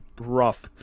rough